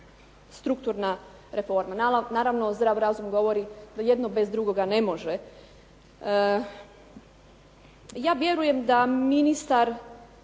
strukturna reforma. Naravno zdrav razum govori da jedno bez drugoga ne može. Ja vjerujem da ministar